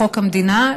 חוק המדינה,